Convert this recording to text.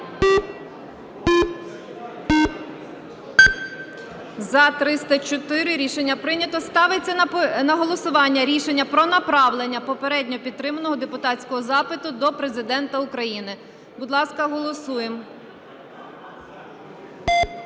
За-304 Рішення прийнято. Ставиться на голосування рішення про направлення попередньо підтриманого депутатського запиту до Президента України. Будь ласка, голосуємо.